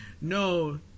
no